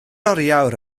oriawr